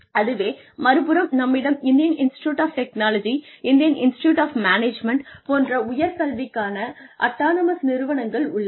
அதுவே மறுபுறம் நம்மிடம் Indian Institute of Technology Indian Institute of Management போன்ற உயர் கல்விக்கான அட்டானமௌஸ் நிறுவனங்கள் உள்ளன